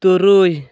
ᱛᱩᱨᱩᱭ